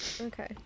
Okay